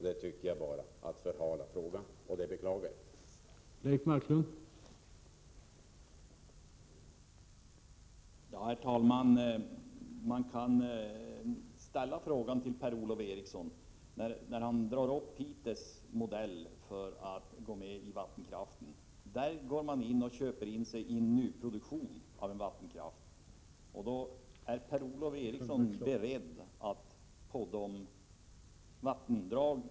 Det är bara att förhala frågan, och det beklagar jag.